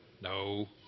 No